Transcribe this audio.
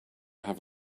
have